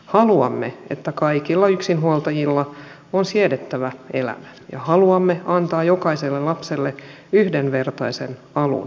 haluamme että kaikilla yksinhuoltajilla on siedettävä elämä ja haluamme antaa jokaiselle lapselle yhdenvertaisen alun elämään